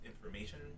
information